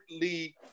league